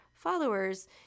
followers